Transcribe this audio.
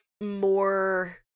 more